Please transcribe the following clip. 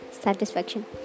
satisfaction